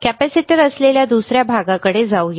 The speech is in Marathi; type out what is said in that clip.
कॅपेसिटर असलेल्या दुसऱ्या भागाकडे जाऊया